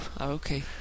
Okay